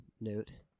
note